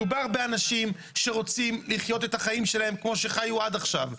מדובר באנשים שרוצים לחיות את החיים שלהם כמו שהם חיו עד עכשיו.